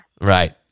Right